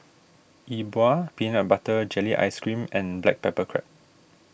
E Bua Peanut Butter Jelly Ice Cream and Black Pepper Crab